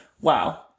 wow